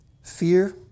fear